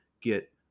get